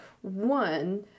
one